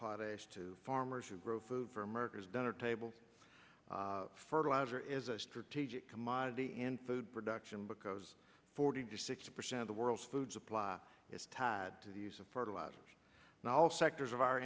potash to farmers who grow food for america's diner table fertilizer is a strategic commodity and food production because forty six percent of the world's food supply is tied to the use of fertilizers and all sectors of our